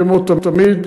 כמו תמיד,